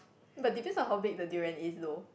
but depends on how big the durian is though